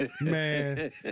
man